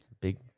Big